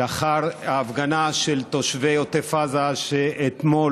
לאחר ההפגנה של תושבי עוטף עזה אתמול,